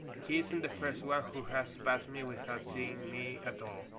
he isn't the first one who has passed me without seeing me at all.